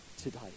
today